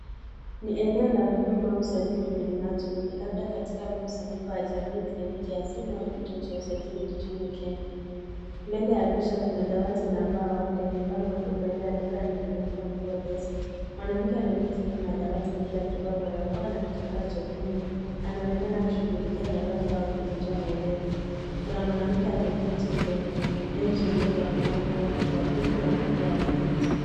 Ni eneo la huduma au usajili lenye watu wengi labda katika mkusanyiko wa jamii kliniki asimu au kituo cha usajili nchini Kenya . Mbele ya picha kuna dawati la mbao lenye bango dogo lililoandikwa nikinukuu info desk . Mwanamke ameketi nyuma ya dawati hili akivaa barakoa na kitambaa chekundu, anaonekana akishughulikia nyororo kama kuzitoa maelezo. Kuna mwanamke ameketi kwenye benchi ndefu amevaa nguo ya pinki na kofia ya pinki.